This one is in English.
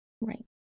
Right